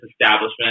establishment